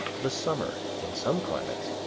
the summer, in some climates,